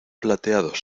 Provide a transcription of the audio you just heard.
plateados